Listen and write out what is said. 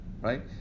right